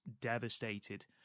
devastated